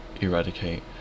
eradicate